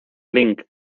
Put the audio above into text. link